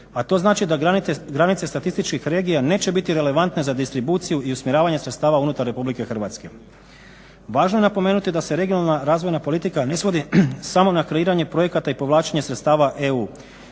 a to znači da granice statističkih regija neće biti relevantne za distribuciju i usmjeravanje sredstava unutar RH. Važno je napomenuti da se regionalna-razvojna politika ne svodi samo na kreiranje projekata i povlačenje sredstava EU.